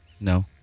No